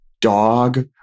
dog